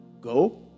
go